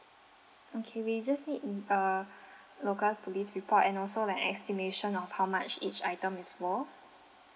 okay we just need a local police report and also like an estimation of how much each item is for